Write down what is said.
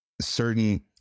certain